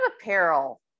apparel